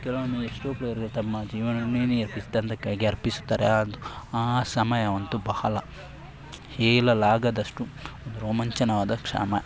ಕೆಲವೊಮ್ಮೆ ಎಷ್ಟೋ ಪ್ಲೇಯರ್ಗಳು ತಮ್ಮ ಜೀವನವನ್ನೇ ಅರ್ಪಿಸಿ ತಂಡಕ್ಕಾಗಿ ಅರ್ಪಿಸುತ್ತಾರೆ ಆ ಆ ಸಮಯವಂತೂ ಬಹಳ ಹೇಳಲಾಗದಷ್ಟು ರೋಮಾಂಚನವಾದ ಕ್ಷಣ